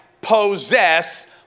possess